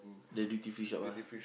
the duty free shop ah